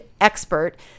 expert